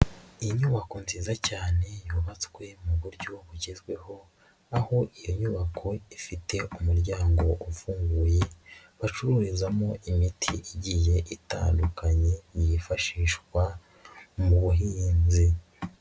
Inyubako nziza cyane yubatswe mu buryo bugezweho aho iyo nyubako ifite umuryango ufunguye bacururizamo imiti igiye itandukanye yifashishwa mu buhizni.